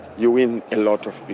you win a lot of